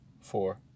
four